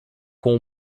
com